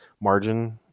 margin